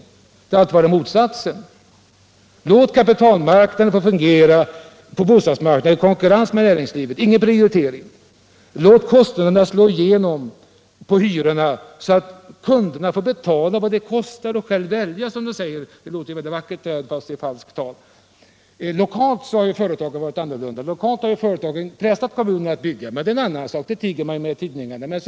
Det har alltid varit motsatsen: Låt kapitalmarknaden få fungera så bostadsmarknaden får konkurrens med näringslivet! Ingen prioritering! Låt kostnaderna slå igenom på hyrorna så att kunderna får betala vad det kostar och själva välja! Så har man sagt, och det låter ju väldigt vackert, fast det är falskt tal. Lokalt har ju de olika företagen handlat annorlunda och pressat kommunerna att bygga, men det är en annan sak, det tiger man med i tid Nr 43 ningarna.